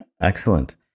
Excellent